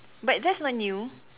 but that's not new